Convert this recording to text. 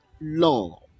law